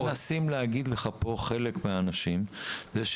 אבל מה שחלק מהאנשים מנסים להגיד לך פה